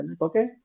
okay